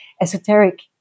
esoteric